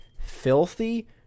filthy